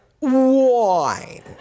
wine